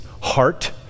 heart